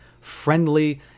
friendly